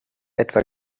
etwa